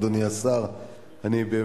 היא לא